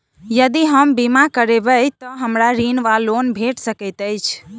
यदि हम बीमा करबै तऽ हमरा ऋण वा लोन भेट सकैत अछि?